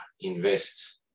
invest